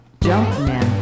Jumpman